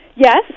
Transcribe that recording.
Yes